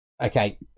okay